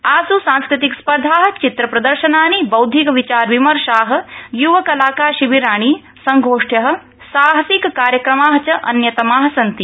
आसु सांस्कृतिकस्पर्धा चित्र प्रदर्शनानि बौद्धिक विचारविमर्शा य्व कलाकार शिबिराणि संगोष्टय साहसिक कार्यक्रमा च अन्यतमा सन्ति